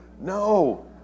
No